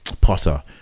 Potter